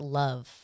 love